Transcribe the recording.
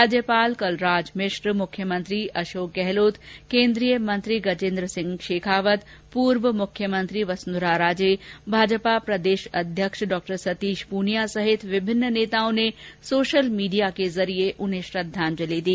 राज्यपाल कलराज मिश्र मुख्यमंत्री अशोक गहलोत केन्द्रीय मंत्री गजेन्द्र सिंह शेखावत पर्व मुख्यमंत्री वसुंधरा राजे भाजपा प्रदेश अध्यक्ष डॉ सतीश प्रनिया सहित विभिन्न नेताओं ने सोशल मीडिया के जरिये उन्हें श्रद्वांजलि दी